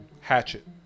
hatchet